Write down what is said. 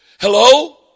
Hello